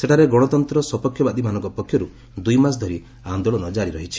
ସେଠାରେ ଗଣତନ୍ତ୍ର ସପକ୍ଷବାଦୀମାନଙ୍କ ପକ୍ଷରୁ ଦୁଇ ମାସ ଧରି ଆନ୍ଦୋଳନ କାରି ରହିଛି